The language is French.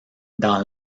dans